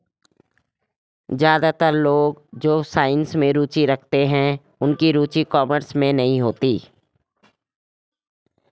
ज्यादातर लोग जो साइंस में रुचि रखते हैं उनकी रुचि कॉमर्स में नहीं होती